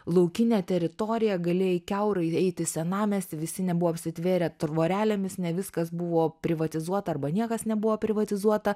laukinė teritorija galėjai kiaurai eiti senamiesty visi nebuvo apsitvėrę tvorelėmis ne viskas buvo privatizuota arba niekas nebuvo privatizuota